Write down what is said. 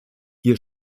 ihr